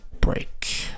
break